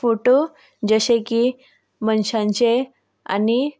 photo जशें की मनशांचे आनी